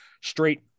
straight